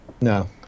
No